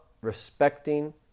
respecting